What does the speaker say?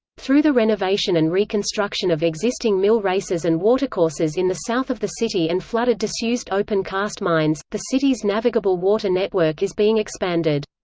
through the renovation and reconstruction of existing mill races and watercourses in the south of the city and flooded disused open cast mines, the city's navigable water network is being expanded.